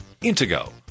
Intego